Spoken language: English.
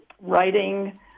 writing